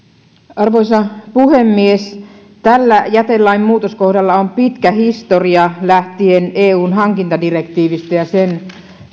arvoisa puhemies tällä jätelain muutoskohdalla on pitkä historia lähtien eun hankintadirektiivistä ja sen